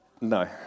No